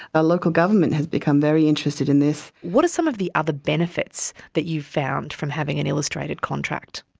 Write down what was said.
ah local government has become very interested in this. what are some of the other benefits that you've found from having an illustrated contract?